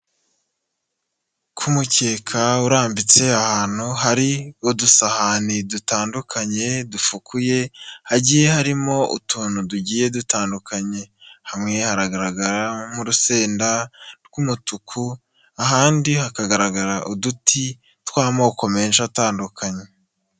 umukeka urambitse ahantu hari udusahani dutandukanye dufukuye hagiye harimo utuntu tugiye, dutandukanye hamwe hagaragaramo urusenda rw'umutuku ahandi hakagaragara uduti tw'amoko menshi atandukanye.